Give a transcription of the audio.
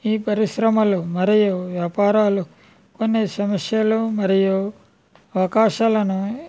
ఈ పరిశ్రమలు మరియు వ్యాపారాలు కొన్ని సమస్యలు మరియు అవకాశాలను